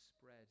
spread